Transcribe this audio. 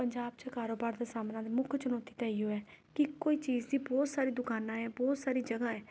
ਪੰਜਾਬ 'ਚ ਕਾਰੋਬਾਰ ਦਾ ਸਾਹਮਣਾ ਤਾਂ ਮੁੱਖ ਚੁਣੌਤੀ ਤਾਂ ਇਹ ਹੀ ਹੋ ਹੈ ਕਿ ਇੱਕੋ ਹੀ ਚੀਜ਼ ਦੀ ਬਹੁਤ ਸਾਰੀ ਦੁਕਾਨਾਂ ਹੈ ਬਹੁਤ ਸਾਰੀ ਜਗ੍ਹਾ ਹੈ